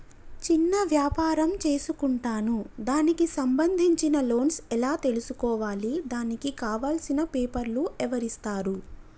చిన్న వ్యాపారం చేసుకుంటాను దానికి సంబంధించిన లోన్స్ ఎలా తెలుసుకోవాలి దానికి కావాల్సిన పేపర్లు ఎవరిస్తారు?